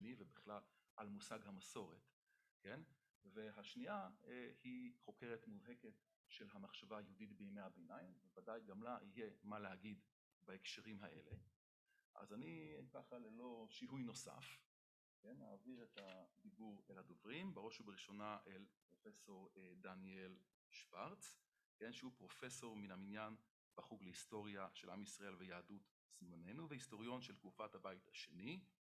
ובכלל על מושג המסורת. והשנייה היא חוקרת מולהקת של המחשבה היהודית בימי הביניים ובוודאי גם לה יהיה מה להגיד בהקשרים האלה. אז אני ככה ללא שיהוי נוסף מעביר את הדיבור אל הדוברים. בראש ובראשונה אל פרופסור דניאל שוורץ שהוא פרופסור מן המניין בחוג להיסטוריה של עם ישראל ויהדות בזמננו והיסטוריון של תקופת הבית השני